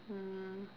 um